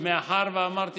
מאחר שאמרתי